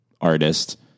artist